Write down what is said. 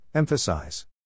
Emphasize